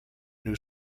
new